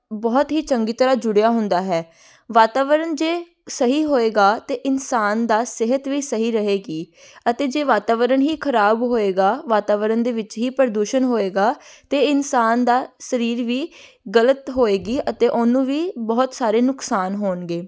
ਬਹੁਤ ਹੀ ਚੰਗੀ ਤਰ੍ਹਾਂ ਜੁੜਿਆ ਹੁੰਦਾ ਹੈ ਵਾਤਾਵਰਨ ਜੇ ਸਹੀ ਹੋਏਗਾ ਤਾਂ ਇਨਸਾਨ ਦਾ ਸਿਹਤ ਵੀ ਸਹੀ ਰਹੇਗੀ ਅਤੇ ਜੇ ਵਾਤਾਵਰਨ ਹੀ ਖ਼ਰਾਬ ਹੋਏਗਾ ਵਾਤਾਵਰਨ ਦੇ ਵਿੱਚ ਹੀ ਪ੍ਰਦੂਸ਼ਣ ਹੋਏਗਾ ਤਾਂ ਇਨਸਾਨ ਦਾ ਸਰੀਰ ਵੀ ਗਲਤ ਹੋਏਗੀ ਅਤੇ ਉਹਨੂੰ ਵੀ ਬਹੁਤ ਸਾਰੇ ਨੁਕਸਾਨ ਹੋਣਗੇ